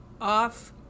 Off